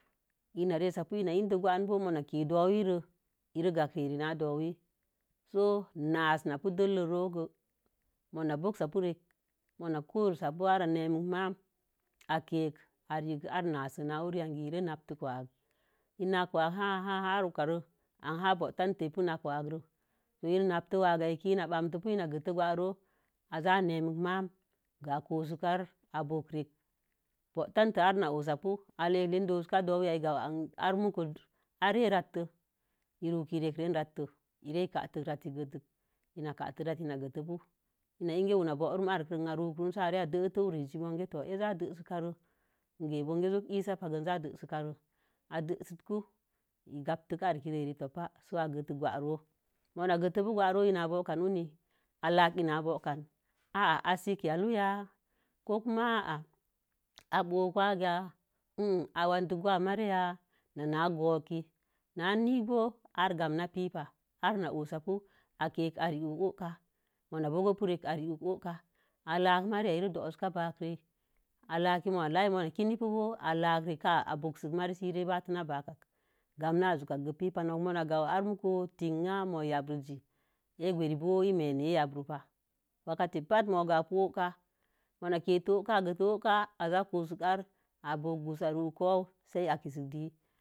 Ina resa pu inna pi ē dei gwaag bo̱o̱. ina ke yanga do'owii ro i re gak re ire na do'wii. So nasə na pi dəllə rogə. muna bonso rekə gə. muna kurosa pu are kə. ā nemek ma'am ā kə. a rekiz memiz na wurii yakii i nak wa'ag arwukare bo̱o̱tan ipuna waagə ina nakə waag ka ēkə i bantə. Ina getə gware iza ne mikə ma'am gək a kosun arei āboki rekə. Botatə arna wusapu i lei doka dowii ya muiz in gawu anhil arhu mukə. L re ratə. i ruku run sə a re tə. ire tə rantə ina katə rətə. i na'a in ke wuna'a bun arekə i lei rei se a detə ura'a ēzi monkə ēza dei ka re i ga'a inkə jokə gə ii sa pa'a kə i za dehir ka rə. i dehir ku, i gamtə ərekərirə towo'o pa kwaaro mugatə pu gwaaro. A lakə ina kokə a sinkə sukə yalu wa'ya ko ku a'a bowukə waag ya ēē awandek waag marriya naag gowuge na'na niing bo are kamna pi ra are nawosapu akə a rekə o'okai mona bo̱o̱gon rekə. I regə o'okai a la'ak marin ya i do'uka ba'akrə a laki ma la'a ma kini pu bo̱o̱ a la'ak rekə a bo̱o̱səkin bo̱o̱h. marri gomna su'ukan gaag pipa. Nok ma ga'uwu are muko tinya ma ya'a zi sə ā gweri bo̱o̱ i menei yankupa waketibati a pi book. muna ke tə o'oka. Iza kosun are a bo̱o̱gə kuwu, i ruū ku kwūū a kisə dii.